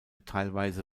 teilweise